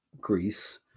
Greece